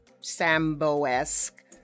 Sambo-esque